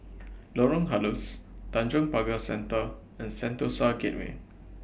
Lorong Halus Tanjong Pagar Centre and Sentosa Gateway